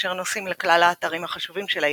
אשר נוסעים לכל האתרים החשובים של העיר,